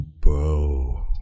Bro